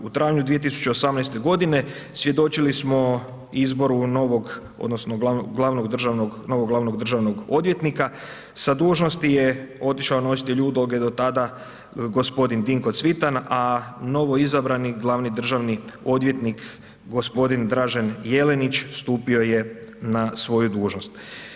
U travnju 2018.-te godine svjedočili smo izboru novog odnosno glavnog državnog, novog glavnog državnog odvjetnika, sa dužnosti je otišao ... do tada gospodin Dinko Cvitan, a novo izabrani glavni državni odvjetnik gospodin Dražen Jelenić, stupio je na svoju dužnost.